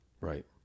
Right